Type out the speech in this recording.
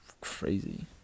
crazy